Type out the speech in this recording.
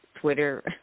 Twitter